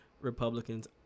Republicans